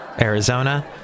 Arizona